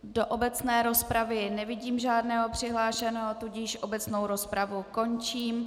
Do obecné rozpravy nevidím žádného přihlášeného, tudíž obecnou rozpravu končím.